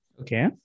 Okay